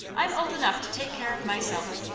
i'm old enough to take care of myself,